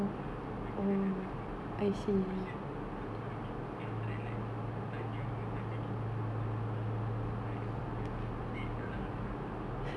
ya I kena that time ah the person ketuk the pintu then after that like tanya tanya me multiple times ah like hello adik dalam ada orang tak